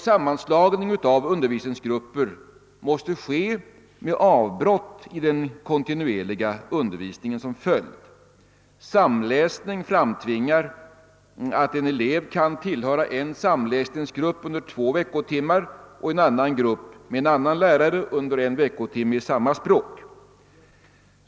Sammanslagning av undervisningsgrupper måste ske, med avbrott i den kontinuerliga undervisningen som följd. Samläsning framtvingar att en elev får tillhöra en samläsningsgrupp under två veckotimmar och en annan grupp, med en annan lärare, under en veckotimme i samma språk.